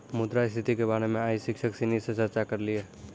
मुद्रा स्थिति के बारे मे आइ शिक्षक सिनी से चर्चा करलिए